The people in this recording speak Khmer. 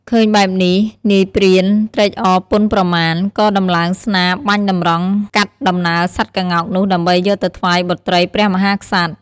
ឃើញបែបនេះ នាយព្រានត្រេកអរពន់ប្រមាណ ក៏ដំឡើងស្នាបាញ់តម្រង់កាត់ដំណើរសត្វក្ងោកនោះដើម្បីយកទៅថ្វាយបុត្រីព្រះមហាក្សត្រ។